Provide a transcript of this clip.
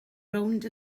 rownd